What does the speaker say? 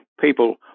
people